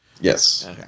Yes